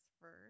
first